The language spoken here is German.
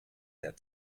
der